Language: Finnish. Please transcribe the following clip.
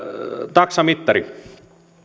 taksamittari